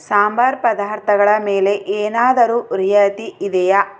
ಸಾಂಬಾರು ಪದಾರ್ಥಗಳ ಮೇಲೆ ಏನಾದರೂ ರಿಯಾಯಿತಿ ಇದೆಯಾ